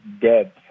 dead